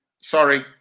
Sorry